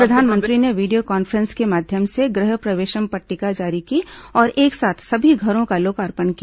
प्रधानमंत्री ने video conference के माध्यम से गृह प्रवेशम पट्टिका जारी की और एक साथ सभी घरों का लोकार्पण किया